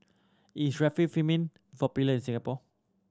is Remifemin popular in Singapore